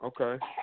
okay